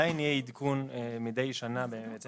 צריך לאחד את זה עם הוועדה של ביטוח לאומי ואז